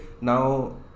now